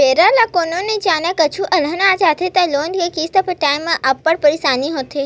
बेरा ल कोनो नइ जानय, कुछु अलहन आ जाथे त लोन के किस्त पटाए म अब्बड़ परसानी होथे